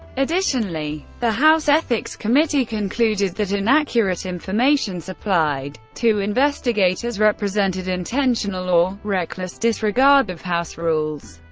additionally, the house ethics committee concluded that inaccurate information supplied to investigators represented intentional or. reckless disregard of house rules.